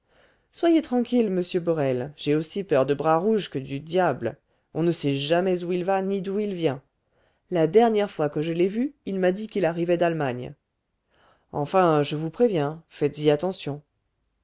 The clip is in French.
soyez tranquille monsieur borel j'ai aussi peur de bras rouge que du diable on ne sait jamais où il va ni d'où il vient la dernière fois que je l'ai vu il m'a dit qu'il arrivait d'allemagne enfin je vous préviens faites-y attention